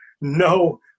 no